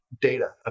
data